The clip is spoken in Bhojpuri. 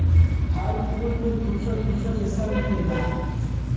हर फल में दुसर दुसर रेसा मिलेला